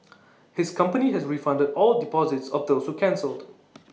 his company has refunded all deposits of those who cancelled